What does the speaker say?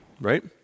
right